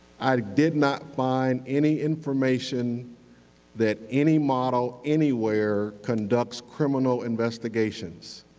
i did not find any information that any model anywhere conducts criminal investigations.